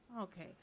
Okay